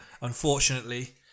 unfortunately